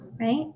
right